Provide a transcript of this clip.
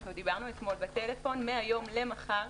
אנחנו דיברנו אתמול בטלפון, מהיום למחר,